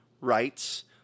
rights